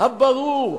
הברור,